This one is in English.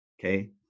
Okay